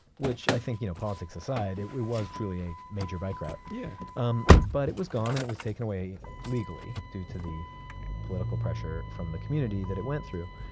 which i think you know politics aside, it was truly a major bike route. yeah um but it was gone and it was taken away legally due to the political pressure from the community that it went through.